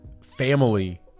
family